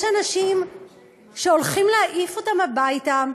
יש אנשים שהולכים להעיף אותם הביתה,